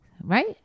Right